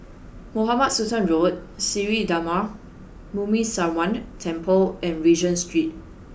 Mohamed Sultan Road Sri Darma Muneeswaran Temple and Regent Street